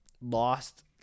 Lost